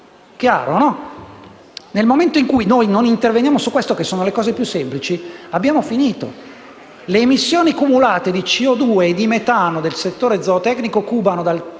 chiaro? Per cui, se non interveniamo su questo (che sono le cose più semplici), abbiamo finito. Le emissioni cumulate di CO2 e di metano del settore zootecnico cubano dal